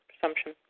Assumption